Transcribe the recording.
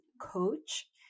Coach